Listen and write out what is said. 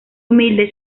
humilde